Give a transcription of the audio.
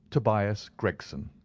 tobias gregson.